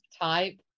type